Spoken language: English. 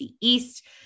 East